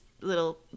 little